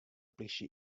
plysje